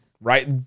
right